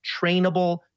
trainable